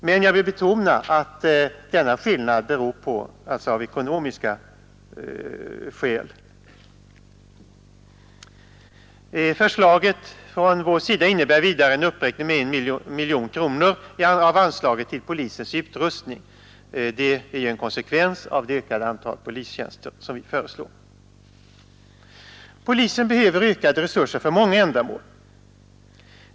Men jag vill betona att denna skillnad har ekonomiska skäl. Förslaget från vår sida innebär vidare en uppräkning med 1 miljon kronor av anslaget till polisens utrustning. Det är en konsekvens av det ökade antal polistjänster som vi föreslår. Polisen behöver ökade personella resurser för många olika ändamål.